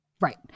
Right